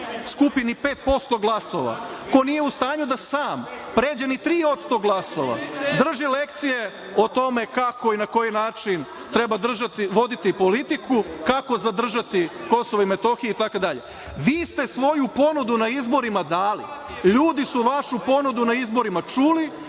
posto glasova, ko nije u stanju da sam pređe ni tri odsto glasova, drži lekcije o tome kako i na koji način treba voditi politiku, kako zadržati Kosovo i Metohiju i tako dalje. Vi ste svoju ponudu na izborima dali, ljudi su vašu ponudu na izborima čuli